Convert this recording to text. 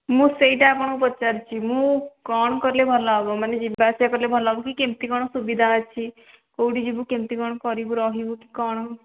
ମୁଁ ସେଇଟା ଆପଣଙ୍କୁ ପଚାରୁଛି ମୁଁ କ'ଣ କଲେ ଭଲ ହେବ ମାନେ ଯିବା ଆସିବା କଲେ ଭଲ ହେବ କି କେମିତି କ'ଣ ସୁବିଧା ଅଛି କେଉଁଠି ଯିବୁ କେମିତି କ'ଣ କରିବୁ ରହିବୁ କି କ'ଣ